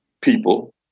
people